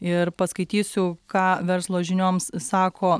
ir paskaitysiu ką verslo žinioms sako